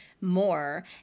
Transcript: more